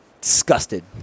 disgusted